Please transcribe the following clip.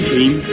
Team